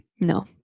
No